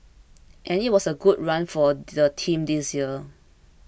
and it was a good run for the team this year